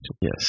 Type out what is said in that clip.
yes